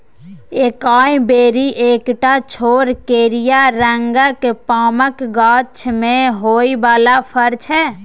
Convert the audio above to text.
एकाइ बेरी एकटा छोट करिया रंगक पामक गाछ मे होइ बला फर छै